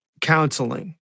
counseling